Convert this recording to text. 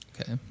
Okay